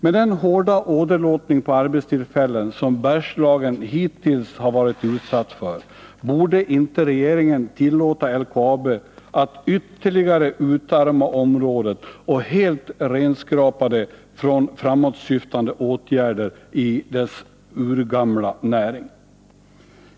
Med den hårda åderlåtning på arbetstillfällen som Bergslagen hittills varit utsatt för, borde inte regeringen tillåta LKAB att ytterligare utarma området och helt renskrapa det från framåtsyftande åtgärder i dess urgamla näring.